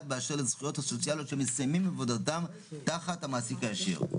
באשר לזכויות הסוציאליות שמסתיימים עבודתם תחת המעסיק הישיר.